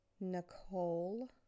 Nicole